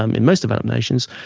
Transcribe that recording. um in most of our nations,